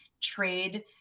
trade